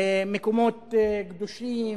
מקומות קדושים,